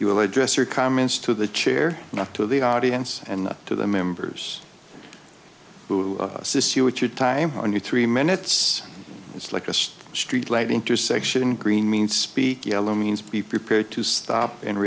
you will address your comments to the chair not to the audience and to the members who assists you with your time when you three minutes it's like a street light intersection green means speak yellow means be prepared to stop and